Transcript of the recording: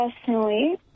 personally